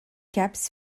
caps